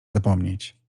zapomnieć